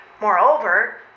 Moreover